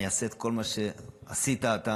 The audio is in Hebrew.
אני אעשה את כל מה שעשית אתה,